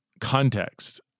context